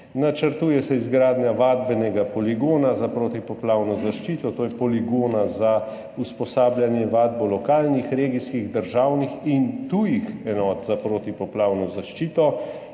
Načrtuje se izgradnja vadbenega poligona za protipoplavno zaščito, to je poligona za usposabljanje in vadbo lokalnih, regijskih, državnih in tujih enot za protipoplavno zaščito.